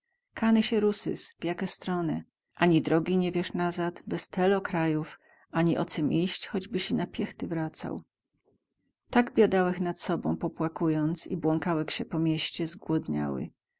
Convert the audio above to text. kany sie rusys w jaką stronę ani drogi nie wies nazad bez telo krajów ani o cem iść choćbyś i na piechty wracał tak biadałech nad sobą popłakując i błąkałech sie po mieście zgłodniały